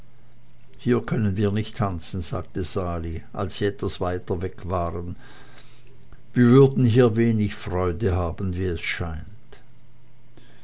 hier können wir nicht tanzen sagte sali als sie sich etwas entfernt hatten wir würden hier wenig freude haben wie es scheint